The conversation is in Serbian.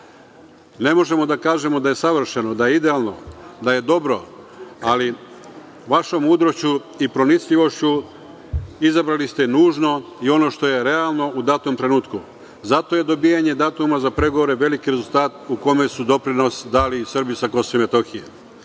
možemo da kažemo da je savršeno, da je idealno, da je dobro, ali vašom mudrošću i pronicljivošću izabrali ste nužno i ono što je realno u datom trenutku. Zato je dobijanje datuma za pregovore veliki rezultat, u kome su doprinos dali i Srbi sa Kosova i Metohije.